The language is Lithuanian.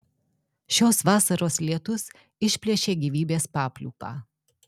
šios vasaros lietus išplėšė gyvybės papliūpą